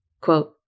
quote